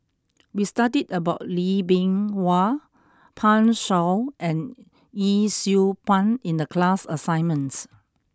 we studied about Lee Bee Wah Pan Shou and Yee Siew Pun in the class assignments